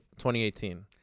2018